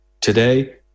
Today